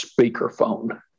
speakerphone